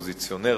2009):